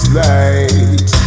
light